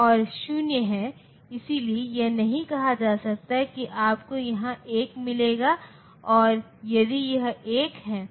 तो मूल रूप से यह संकेत जो आपको यहां मिल रहे हैं वोल्टेज के अलावा कुछ नहीं है